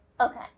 okay